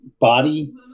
body